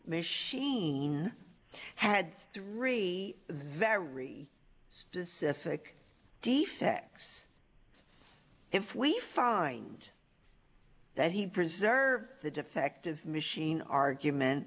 machine had three very specific defects if we find that he preserved the defective machine argument